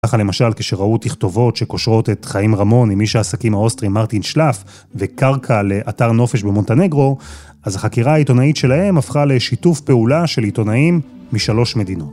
ככה למשל כשראו תכתובות שקושרות את חיים רמון עם איש העסקים האוסטרי מרטין שלף וקרקע לאתר נופש במונטנגרו אז החקירה העיתונאית שלהם הפכה לשיתוף פעולה של עיתונאים משלוש מדינות